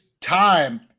time